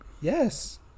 yes